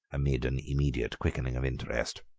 amid an immediate quickening of interest.